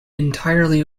entirely